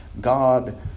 God